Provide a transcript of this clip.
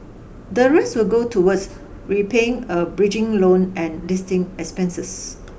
the rest will go towards repaying a bridging loan and listing expenses